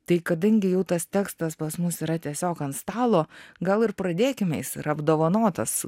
tai kadangi jau tas tekstas pas mus yra tiesiog ant stalo gal ir pradėkime jis yra apdovanotas